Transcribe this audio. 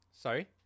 sorry